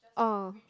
oh